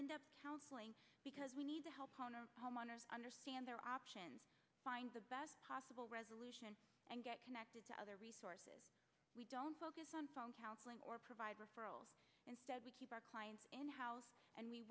depth counseling because we need to help homeowners understand their options find the best possible resolution and get connected to other resources we don't focus on counseling or provide referrals instead we keep our clients in house and we